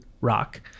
Rock